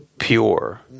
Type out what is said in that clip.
pure